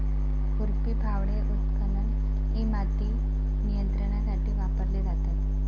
खुरपी, फावडे, उत्खनन इ माती नियंत्रणासाठी वापरले जातात